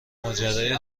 ماجرای